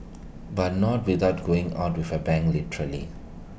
but not without going out with A bang literally